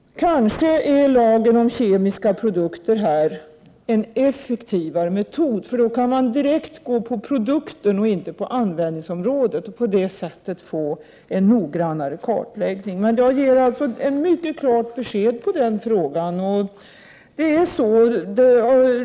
Kanske ger oss lagen om kemiska produkter en effektivare metod, för då kan man gå direkt på produkten och inte på användningsområdet och på det sättet få en noggrannare kartläggning. Jag ger alltså ett mycket klart besked på den punkten.